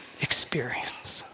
experience